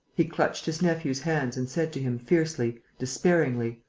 he clutched his nephew's hands and said to him, fiercely, despairingly